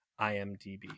IMDb